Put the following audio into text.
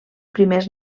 primers